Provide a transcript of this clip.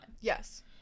Yes